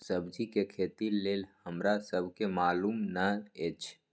सब्जी के खेती लेल हमरा सब के मालुम न एछ?